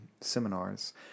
seminars